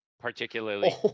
particularly